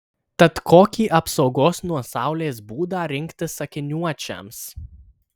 tad kokį apsaugos nuo saulės būdą rinktis akiniuočiams